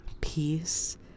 peace